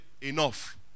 enough